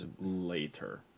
later